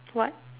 what